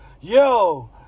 Yo